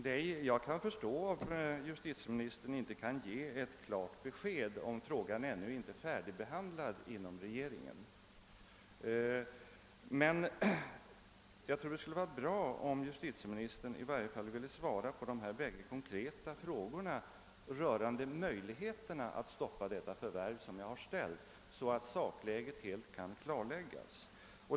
Herr talman! Jag kan förstå att justitieministern inte kan ge ett klart besked, om frågan ännu inte är färdigbehandlad inom regeringen. Jagtror emellertid att det skulle vara bra, om justitieministern i varje fall ville svara på mina bägge konkreta frågor rörande möjligheterna att stoppa detta förvärv, så att sakläget helt kan klarläggas.